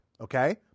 okay